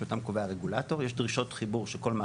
שאותם קובע הרגולטור,